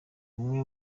umwe